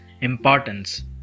importance